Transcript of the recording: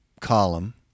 column